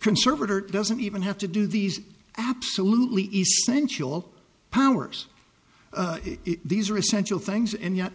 conservator doesn't even have to do these absolutely essential powers these are essential things and yet